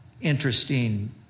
interesting